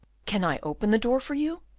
can i open the door for you?